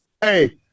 Hey